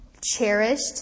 cherished